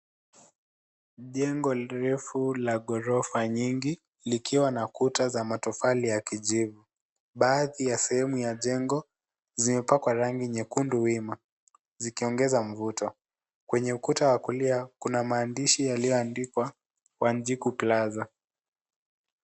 Jengo refu la ghorofa nyingi, likiwa na kuta za matofali ya kijivu. Baadhi ya sehemu ya jengo , zimepakwa rangi nyekundu wima, zikiongeza mvuto. Kwenye ukuta wa kulia kuna maandishi yaliyoandikwa Wanjiku Plaza.